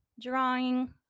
drawing